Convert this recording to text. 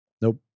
Nope